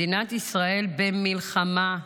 מדינת ישראל במלחמה.